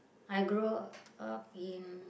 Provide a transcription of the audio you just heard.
I grow up in